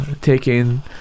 taking